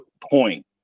point